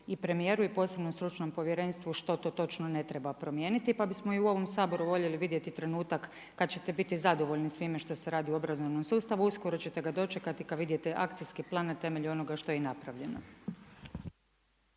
i premijeru i posebnom stručnom povjerenstvu što to točno ne treba promijeniti. Pa bismo i u ovom Saboru voljeli vidjeti trenutak svime što se radi u obrazovnom sustavu. Uskoro ćete ga dočekati kada vidite akcijski plan na temelju onoga što je i napravljeno.